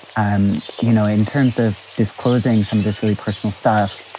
um you know, in terms of disclosing some of this really personal stuff,